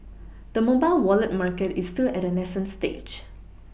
the mobile Wallet market is still at a nascent stage